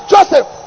Joseph